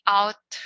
out